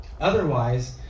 Otherwise